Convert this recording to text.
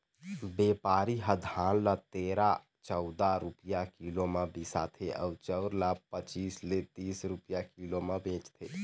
बेपारी ह धान ल तेरा, चउदा रूपिया किलो म बिसाथे अउ चउर ल पचीस ले तीस रूपिया किलो म बेचथे